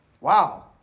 Wow